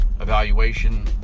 evaluation